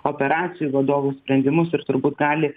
operacijų vadovų sprendimus ir turbūt gali